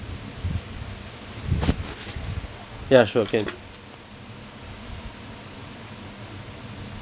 ya sure can